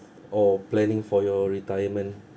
or planning for your retirement